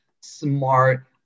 smart